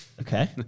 Okay